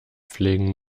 pflegen